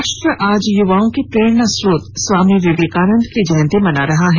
राष्ट्र आज युवाओं के प्रेरणास्रोत स्वामी विवेकानंद की जयंती मना रहा है